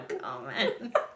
comment